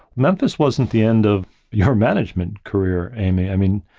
memphis wasn't the end of your management career, amy. i mean,